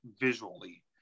visually